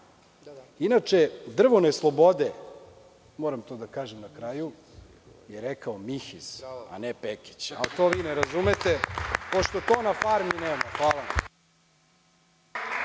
Vučić? Inače, „drvo ne slobode“, moram to da kažem na kraju, je rekao Mihiz, a ne Pekić. To vi ne razumete, pošto to na farmi nema. Hvala.